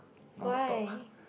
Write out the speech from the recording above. why